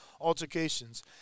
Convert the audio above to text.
altercations